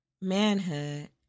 manhood